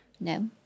No